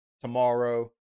tomorrow